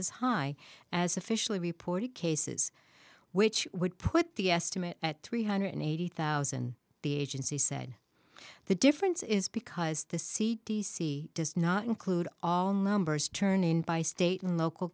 as high as officially reported cases which would put the estimate at three hundred eighty thousand the agency said the difference is because the c d c does not include all numbers turn in by state and local